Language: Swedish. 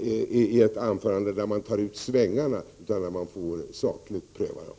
i ett sammanhang där man inte tar ut svängarna utan där man sakligt får pröva förslagen.